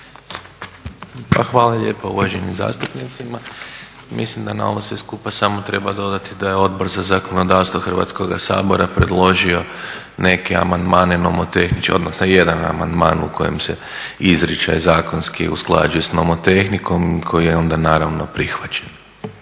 Hvala lijepa uvaženim zastupnicima. Mislim da na ovo sve skupa samo treba dodati da je Odbor za zakonodavstvo Hrvatskoga sabora predložio neke amandmane nomotehnički, odnosno jedan amandman u kojem se izriče i zakonski usklađuje s nomotehnikom koji je onda naravno prihvaćen.